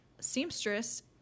seamstress